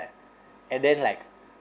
and then like